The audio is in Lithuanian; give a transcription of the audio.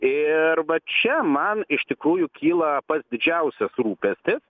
ir va čia man iš tikrųjų kyla pats didžiausias rūpestis